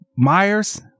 Myers